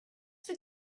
for